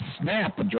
snap